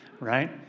right